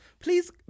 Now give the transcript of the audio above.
please